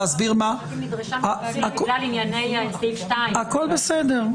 המשפטים נדרשה בגלל ענייני סעיף 2. הכול בסדר.